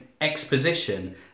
exposition